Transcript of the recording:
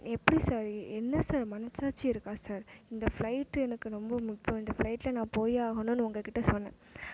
எப்படி சார் என்ன சார் மனசாட்சி இருக்கா சார் இந்த ஃபிளைட் எனக்கு ரொம்ப முக்கியம் இந்த ஃபிளைட்டில் நான் போய் ஆகணுன்னு உங்கக்கிட்ட சொன்னேன்